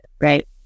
right